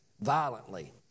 violently